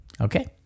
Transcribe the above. Okay